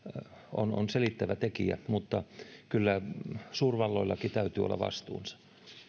on on selittävää tekijää mutta kyllä suurvalloillakin täytyy olla vastuunsa